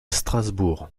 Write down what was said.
strasbourg